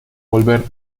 volver